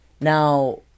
now